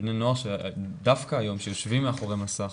בני נוער שדווקא היום יושבים מול המסך